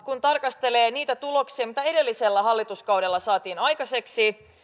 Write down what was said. kun tarkastelee niitä tuloksia mitä edellisellä hallituskaudella saatiin aikaiseksi